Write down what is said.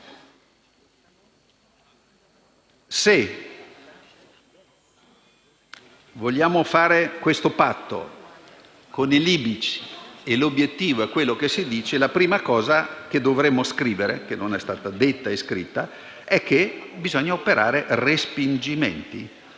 Se vogliamo fare questo patto con i libici e l'obiettivo è quello dichiarato, la prima cosa che dovremmo scrivere - e non è stata né detta, né scritta - è che bisogna operare respingimenti.